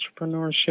entrepreneurship